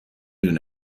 دونه